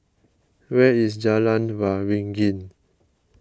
where is Jalan Waringin